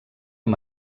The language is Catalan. amb